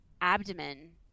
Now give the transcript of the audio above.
abdomen